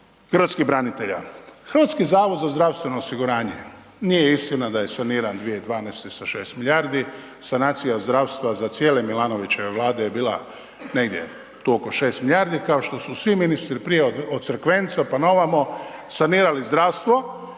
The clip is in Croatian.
hrvatskih branitelja. HZZO nije istina da je saniran 2012. sa 6 milijardi, sanacija zdravstva za cijele Milanovićeve vlade je bila negdje tu oko 6 milijardi, kao što su svi ministri prije od Crkvenca pa na ovamo sanirali zdravstvo.